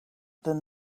than